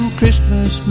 Christmas